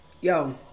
yo